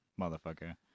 motherfucker